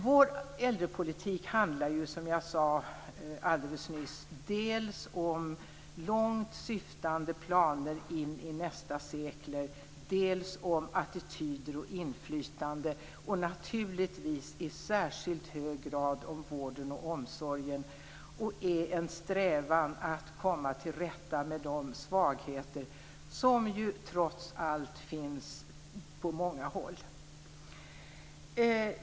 Vår äldrepolitik handlar, som jag alldeles nyss sade, dels om långt syftande planer, in i nästa sekel, dels om attityder och inflytande. Naturligtvis gäller det i särskilt hög grad vården och omsorgen samt strävan att komma till rätta med de svagheter som trots allt finns på många håll.